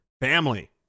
family